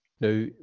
now